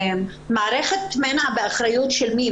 מערכת מנע, באחריות של מי היא?